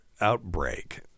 outbreak